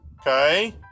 okay